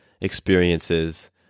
experiences